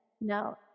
No